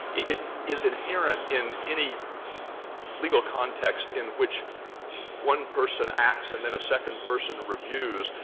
it is inherent in any legal context in which one person acts and then a second person reviews,